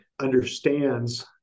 understands